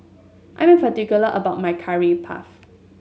I am particular about my Curry Puff